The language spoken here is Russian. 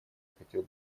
хотел